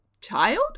child